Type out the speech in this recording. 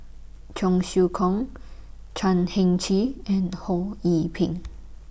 Cheong Siew Keong Chan Heng Chee and Ho Yee Ping